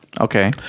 Okay